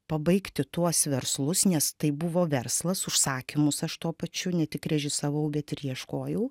pabaigti tuos verslus nes tai buvo verslas užsakymus aš tuo pačiu ne tik režisavau bet ir ieškojau